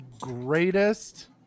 greatest